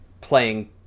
playing